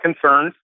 concerns